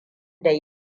da